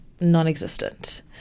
non-existent